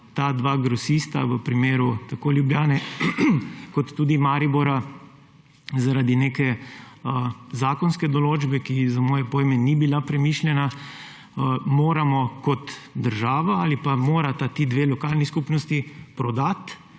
ta dva grosista v primeru tako Ljubljane kot tudi Maribora zaradi neke zakonske določbe, ki za moje pojme ni bila premišljena, moramo kot država ali pa morata ti dve lokalni skupnosti prodati